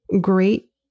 great